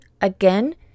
again